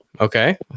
Okay